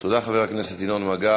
תודה, חבר הכנסת ינון מגל.